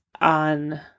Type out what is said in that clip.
on